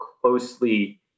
closely